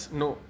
no